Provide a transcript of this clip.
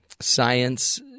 science